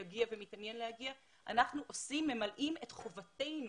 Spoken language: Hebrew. יגיע ומתעניין להגיע אלא אנחנו ממלאים את חובתנו,